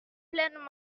pleinement